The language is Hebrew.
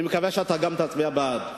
אני מקווה שאתה גם תצביע בעד.